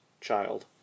child